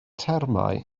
termau